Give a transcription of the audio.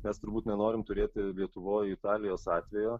mes turbūt nenorim turėti lietuvoje italijos atvejo